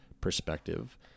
perspective